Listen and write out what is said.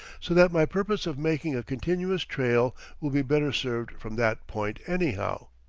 so that my purpose of making a continuous trail will be better served from that point anyhow.